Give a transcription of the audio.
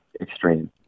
extreme